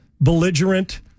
belligerent